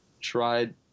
tried –